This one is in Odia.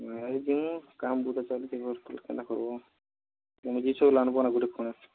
ନାଇଁ ତ କାମ ତ ଚାଲିଛି ମୋର କେନ୍ତା କର୍ବୋ ତମେ କିଛି ଆନ୍ବୋ ଗୋଟେ ଖଣ୍ଡେ